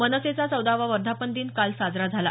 मनसेचा चौदावा वर्धापन दिन काल साजरा झाला